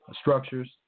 structures